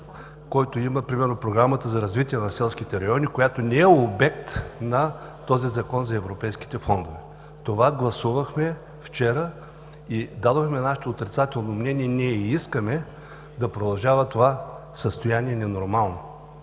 който има примерно Програмата за развитие на селските райони, която не е обект на този Закон за европейските фондове. Това гласувахме вчера и дадохме нашето отрицателно мнение. Ние не искаме това състояние – ненормално,